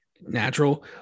natural